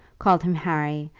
called him harry,